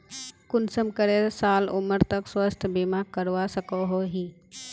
कुंसम करे साल उमर तक स्वास्थ्य बीमा करवा सकोहो ही?